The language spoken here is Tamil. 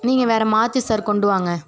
நீங்கள் வேறு மாற்றி சார் கொண்டு வாங்க